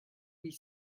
huit